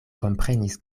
komprenis